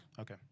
Okay